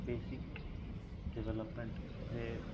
basic development जे